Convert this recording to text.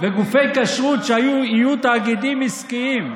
וגופי כשרות שיהיו תאגידים עסקיים,